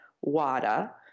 WADA